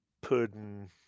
pudding